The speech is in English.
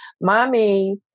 Mommy